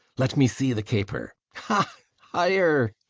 let me see the caper. ha! higher!